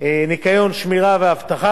ניקיון, שמירה ואבטחה,